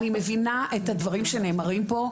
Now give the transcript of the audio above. אני מבינה את הדברים שנאמרים פה,